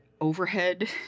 overhead